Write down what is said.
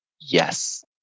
Yes